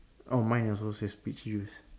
oh mine also says peach juice